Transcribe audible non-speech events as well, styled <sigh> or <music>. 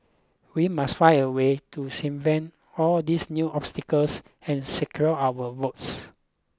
we must find a way to <unintelligible> all these new obstacles and secure our votes